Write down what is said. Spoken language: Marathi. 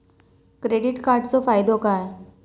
क्रेडिट कार्डाचो फायदो काय?